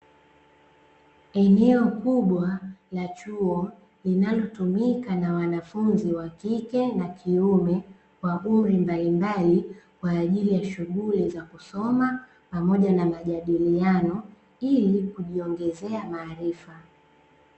Eneo kubwa la chuo linalotumika na wanafunzi wa kike na kiume, wa umri mbalimbali, kwa ajili ya shughuli za kusoma, pamoja na majadiliano ili kujiongezea maarifa.